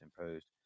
imposed